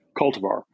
cultivar